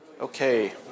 Okay